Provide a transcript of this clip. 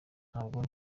ntabwo